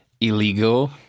illegal